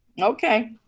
Okay